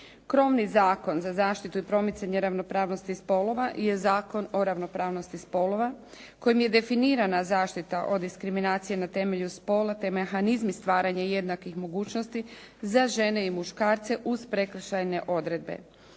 Krovni zakon za zaštitu i promicanje ravnopravnosti spolova je Zakon o ravnopravnosti spolova kojim je definirana zaštita od diskriminacije na temelju spola, te mehanizmi stvaranja jednakih mogućnosti za žene i muškarce uz prekršajne odredbe.